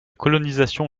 colonisation